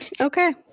Okay